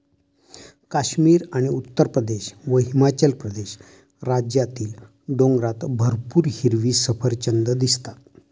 काश्मीर आणि उत्तरप्रदेश व हिमाचल प्रदेश राज्यातील डोंगरात भरपूर हिरवी सफरचंदं दिसतात